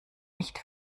nicht